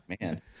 Man